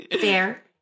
fair